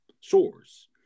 source